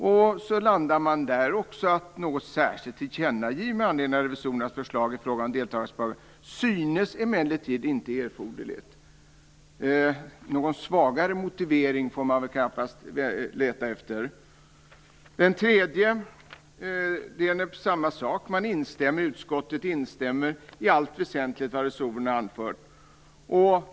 Även där landar man i en liknande skrivning: "Något särskilt tillkännagivande med anledning av revisorernas förslag i fråga om deltagarnas bakgrund synes emellertid inte erforderligt." Någon svagare motivering får man nog leta efter. I den tredje frågan är det samma sak. Utskottet instämmer i allt väsentligt i vad revisorerna anfört.